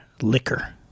liquor